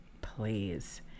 Please